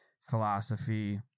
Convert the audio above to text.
philosophy